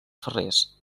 ferrers